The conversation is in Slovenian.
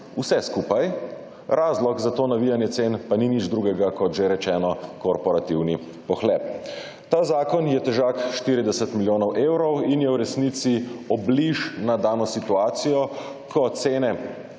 vse skupaj. Razlog za to navijanje cen pa ni nič drugega kot že rečeno korporativni pohlep. Ta zakon je težak 40 milijonov evrov in je v resnici obliž na dano situacijo, ko cene